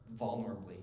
Vulnerably